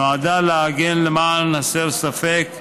נועדה לעגן, למען הסר ספק,